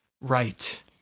Right